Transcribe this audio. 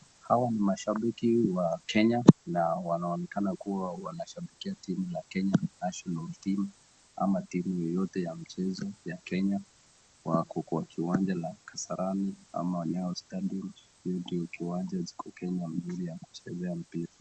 Hawa ni mashabiki wa Kenya na wanaonekana kuwa wanashabikia timu la Kenya naitona team ama timu yoyote ya mchezo ya kenya wako kwa kiwanja ya kasarani ama Nyayo stadium hiyo ndo kiwanja mzuri iko Kenya ya kuchezea mpira.